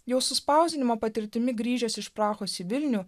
jūsų spausdinimo patirtimi grįžęs iš prahos į vilnių